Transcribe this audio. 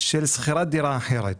של שכירת דירה אחרת.